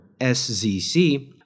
SZC